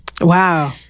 Wow